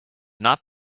not